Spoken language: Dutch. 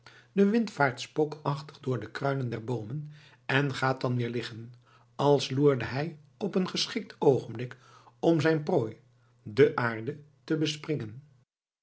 de wind vaart spookachtig door de kruinen der boomen en gaat dan weer liggen als loerde hij op een geschikt oogenblik om zijn prooi de aarde te bespringen